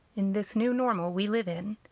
in this new normal we live in,